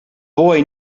boy